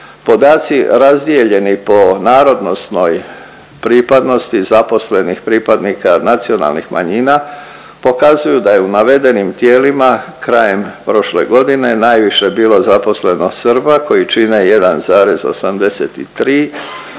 Podaci razdijeljeni po narodnosnoj pripadnosti zaposlenih pripadnika nacionalnih manjina pokazuju da je u navedenim tijelima krajem prošle godine najviše bilo zaposleno Srba koji čine 1,83